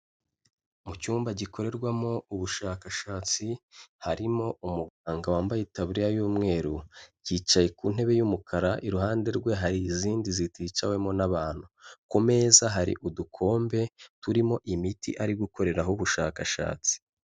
Mu cyumba gikorerwamo ubushakashatsi harimo umuganga wambaye tabuririya y'umweru, yicaye ku ntebe y'umukara iruhande rwe hari izindi ziticawemo n'abantu. Ku meza hari udukombe turimo imiti ari gukoreraho ubushakashatsi.